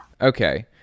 Okay